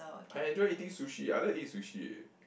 I enjoy eating sushi I like to eat sushi